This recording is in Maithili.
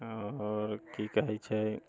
आओर की कहै छै